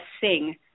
sing